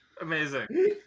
Amazing